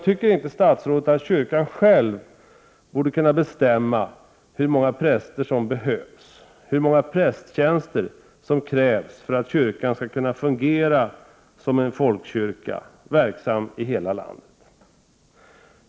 Tycker inte statsrådet att kyrkan själv borde kunna bestämma hur många präster som behövs, hur många prästtjänster som krävs för att kyrkan skall kunna fungera som en folkkyrka verksam i hela landet?